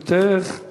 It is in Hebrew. לרשותך שלוש דקות.